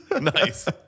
Nice